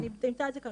אני אמצא את זה כרגע.